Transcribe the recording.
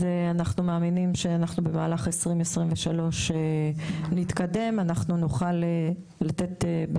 אנחנו מאמינים שבמהלך 2023 אנחנו נתקדם ושתהיה השקה.